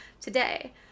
today